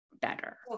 better